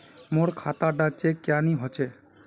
मोर खाता डा चेक क्यानी होचए?